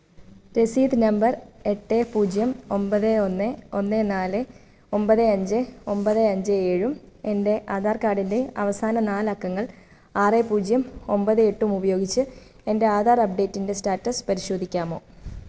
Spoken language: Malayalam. രസീത് നമ്പർ എട്ട് പൂജ്യം ഒമ്പത് ഒന്ന് ഒന്ന് നാല് ഒമ്പത് അഞ്ച് ഒമ്പത് അഞ്ച് ഏഴും എൻ്റെ ആധാർ കാർഡിൻ്റെ അവസാന നാല് അക്കങ്ങൾ ആറ് പൂജ്യം ഒമ്പത് എട്ടും ഉപയോഗിച്ച് എൻ്റെ ആധാർ അപ്ഡേറ്റിൻ്റെ സ്റ്റാറ്റസ് പരിശോധിക്കാമോ